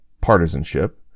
Partisanship